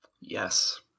Yes